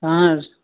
اَہَن حظ